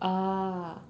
ah